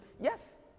yes